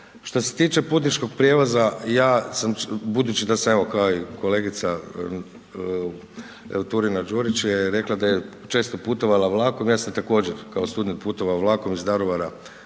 Što se tiče putničkog prijevoza, ja budući da sam evo kao i kolegica evo Turina-Đurić je rekla da često putovala vlakom, ja sam također kao student putovao vlakom iz Daruvara